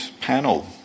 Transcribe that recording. panel